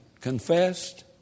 confessed